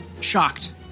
shocked